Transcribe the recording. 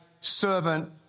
servant